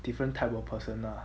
different type of personal ah